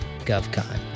GovCon